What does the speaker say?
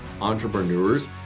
entrepreneurs